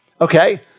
okay